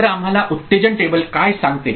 तर आम्हाला उत्तेजन टेबल काय सांगते